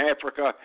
Africa